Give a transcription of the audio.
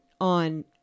on